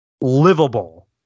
livable